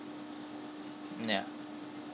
mm ya